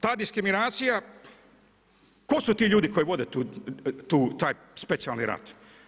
Ta diskriminacija, tko su ti ljudi koji vode taj specijalni rat?